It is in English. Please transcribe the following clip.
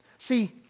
See